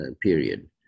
period